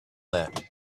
that